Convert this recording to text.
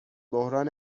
بحران